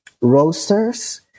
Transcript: roasters